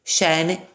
Scene